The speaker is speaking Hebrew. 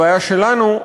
הבעיה שלנו,